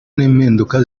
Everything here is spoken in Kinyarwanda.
n’impinduka